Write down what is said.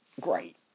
great